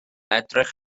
edrych